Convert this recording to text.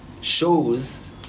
shows